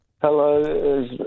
Hello